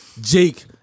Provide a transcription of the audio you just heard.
Jake